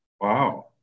wow